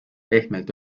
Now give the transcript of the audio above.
pehmelt